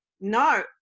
no